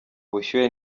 bushyuhe